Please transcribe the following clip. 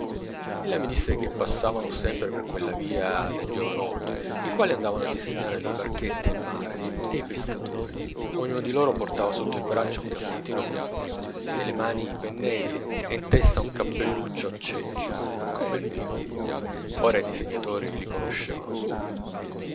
disegno ella mi disse che passavano sempre per quella via de giovanotti i quali andavano a disegnare le barchette e il mare e i pescatori ognuno di loro portava sotto il braccio un cassettino come il mio nelle mani i pennelli e in testa un cappelluccio a cencio come il mio ora i disegnatori li conoscevano subito